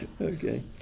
Okay